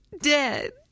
dead